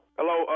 Hello